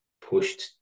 pushed